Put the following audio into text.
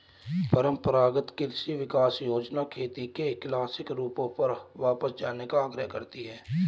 परम्परागत कृषि विकास योजना खेती के क्लासिक रूपों पर वापस जाने का आग्रह करती है